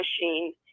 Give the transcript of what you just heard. machine